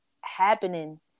happening